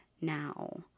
now